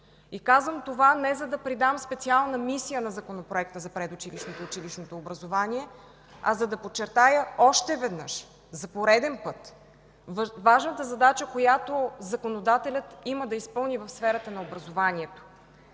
Казвам това не за да придам специална мисия на Законопроекта за предучилищното и училищното образование, а за да подчертая още веднъж, за пореден път важната задача, която законодателят има да изпълни в сферата на образованието.